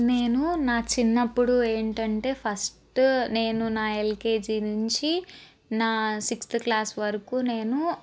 నేను నా చిన్నప్పుడు ఏంటంటే ఫస్ట్ నేను నా ఎల్కేజీ నుంచి నా సిక్స్త్ క్లాస్ వరకు నేను